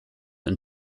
and